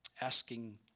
asking